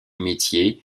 métier